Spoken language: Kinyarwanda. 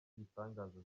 ibitangaza